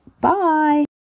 bye